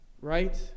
Right